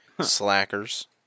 Slackers